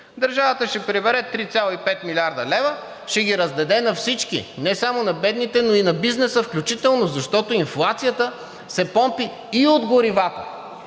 държавата ще прибере 3,5 млрд. лв., ще ги раздаде на всички, не само на бедните, но и на бизнеса включително, защото инфлацията се помпа и от горивата.